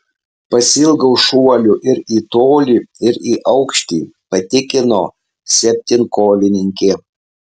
pasiilgau šuolių ir į tolį ir į aukštį patikino septynkovininkė